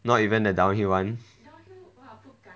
not even the downhill [one]